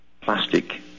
plastic